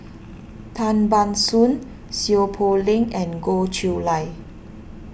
Tan Ban Soon Seow Poh Leng and Goh Chiew Lye